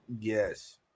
yes